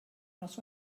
nos